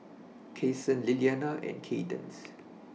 Kason Lillianna and Kaydence